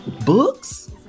books